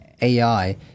AI